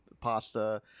Pasta